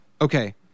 Okay